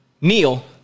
Neil